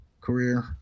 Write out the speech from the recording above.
career